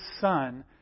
son